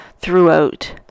throughout